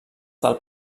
del